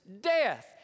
death